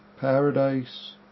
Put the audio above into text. paradise